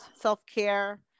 self-care